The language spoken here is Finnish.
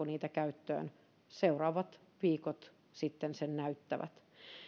niitä käyttöön seuraavat viikot sitten sen näyttävät